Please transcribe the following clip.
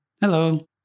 Hello